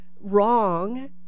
wrong